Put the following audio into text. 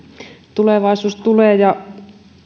tulevaisuus tulee ja